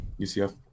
UCF